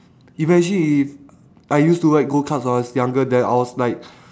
imagine if I used to ride go karts when I was younger then I was like